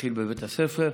מתחיל בבית הספר.